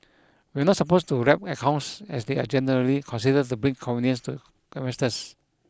we are not opposed to wrap accounts as they are generally considered to bring convenience to investors